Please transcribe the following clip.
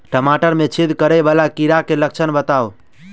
टमाटर मे छेद करै वला कीड़ा केँ लक्षण बताउ?